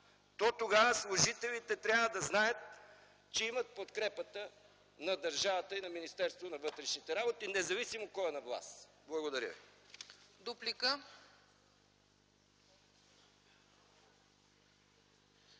то тогава служителите трябва да знаят, че имат подкрепата на държавата и на Министерството на вътрешните работи, независимо кой е на власт. Благодаря ви.